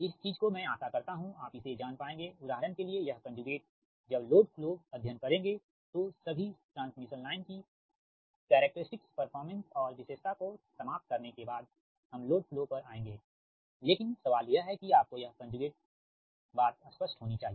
इस चीज को मैं आशा करता हूँ आप इसे जान पाएंगे उदाहरण के लिएयह कंजुगेट जब लोड फ्लो अध्ययन करेंगे तोसभी ट्रांसमिशन लाइन की कैरेक्टरस्टिक्स परफॉर्मेंस और विशेषता को समाप्त करने के बाद में हम लोड फ्लो पर आयेंगेलेकिन सवाल यह है कि आपको यह कंजुगेट बात स्पष्ट होनी चाहिए